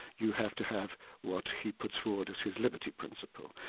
you have to have what he puts forward as his liberty principle.